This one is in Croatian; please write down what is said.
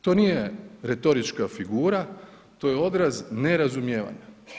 To nije retorička figura, to je odraz nerazumijevanja.